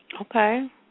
Okay